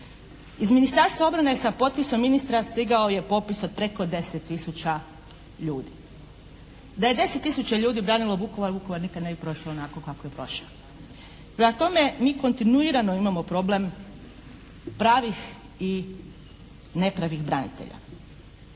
Iz Ministarstva obrane je sa potpisom ministra stigao je popis od preko 10 tisuća ljudi. Da je 10 tisuća ljudi branilo Vukovar Vukovar nikad ne bi prošao onako kako je prošao. Prema tome mi kontinuirano imamo problem pravih i nepravih branitelja.